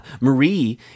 Marie